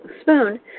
spoon